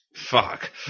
Fuck